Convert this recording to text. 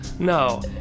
No